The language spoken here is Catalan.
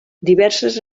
diverses